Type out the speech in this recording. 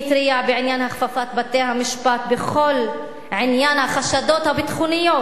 מי התריע בעניין הכפפת בתי-המשפט בכל עניין החשדות הביטחוניים?